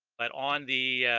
but on the